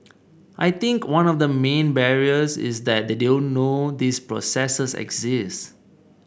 I think one of the main barriers is that they don't know these processes exist